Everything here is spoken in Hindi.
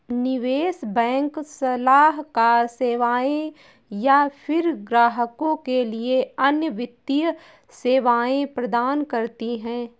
निवेश बैंक सलाहकार सेवाएँ या फ़िर ग्राहकों के लिए अन्य वित्तीय सेवाएँ प्रदान करती है